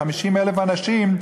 50,000 אנשים,